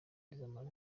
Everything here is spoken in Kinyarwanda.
izamara